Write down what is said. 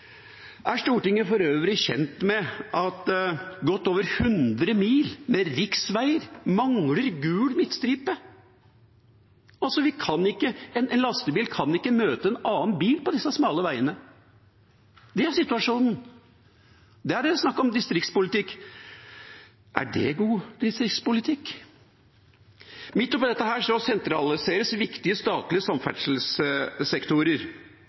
Er Stortinget for øvrig kjent med at godt over 100 mil med riksvei mangler gul midtstripe? En lastebil kan ikke møte en annen bil på disse smale veiene. Det er situasjonen. Da er det snakk om distriktspolitikk – er det god distriktspolitikk? Midt oppi dette sentraliseres viktige statlige